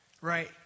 right